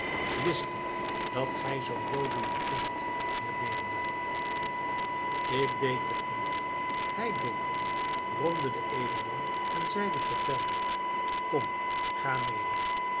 wist ik dat gij zoo jodelen kunt heer beringer ik deed het niet hij deed het bromde de edelman en zeide tot tell kom ga mede